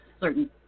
certain